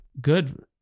good